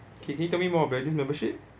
K can you tell me more about this membership